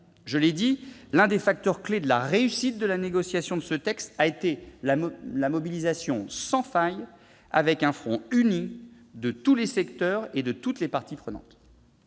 Je l'ai dit, l'un des facteurs clés de la réussite de la négociation de ce texte a été la mobilisation sans faille, avec un front uni, de tous les secteurs, de toutes les parties prenantes.